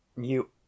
You